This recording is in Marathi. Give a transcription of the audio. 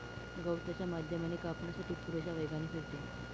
गवताच्या माध्यमाने कापण्यासाठी पुरेशा वेगाने फिरते